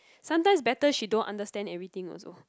sometimes better she don't understand everything also